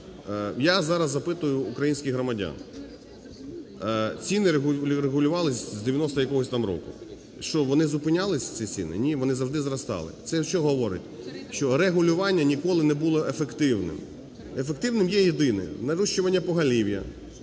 Я зараз запитую українських громадян. Ціни регулювалися з 90-го якогось там року. Що, вони зупинялися, ці ціни? Ні, вони завжди зростали. Це що говорить? Що регулювання ніколи не було ефективним. Ефективним є єдине: нарощування поголів'я,